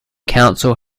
council